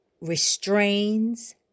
restrains